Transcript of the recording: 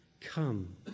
come